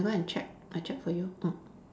I have to go and check I check for you mm